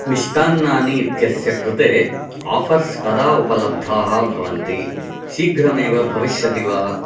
मिष्टान्नानि इत्यस्य कृते आफ़र्स् कदा उपलब्धाः भवन्ति शीघ्रमेव भविष्यति वा